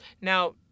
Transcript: now